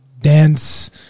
Dance